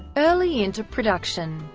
early into production,